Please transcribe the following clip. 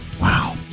Wow